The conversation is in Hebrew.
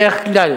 בדרך כלל,